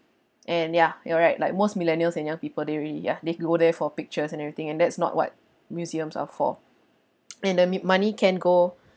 and ya you're right like most millennials and young people they really ya they go there for pictures and everything and that's not what museums are for and the mi~ money can go